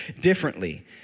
differently